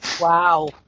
Wow